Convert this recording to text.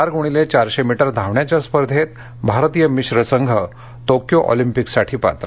चार गुणिले चारशे मीटर धावण्याच्या स्पर्धेत भारतीय मिश्र संघ तोक्यो ऑलिंपिकसाठी पात्र